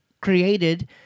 created